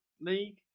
league